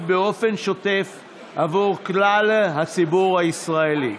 באופן שוטף בעבור כלל הציבור הישראלי: